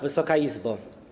Wysoka Izbo!